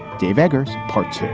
dave eggers, part